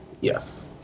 Yes